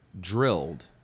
drilled